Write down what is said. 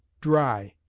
dry,